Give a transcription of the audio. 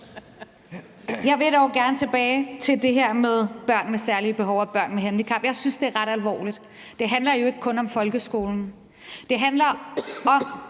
Jeg vil dog gerne tilbage til det her med børn med særlige behov og børn med handicap. Jeg synes, det er ret alvorligt. Det handler jo ikke kun om folkeskolen. Det handler f.eks.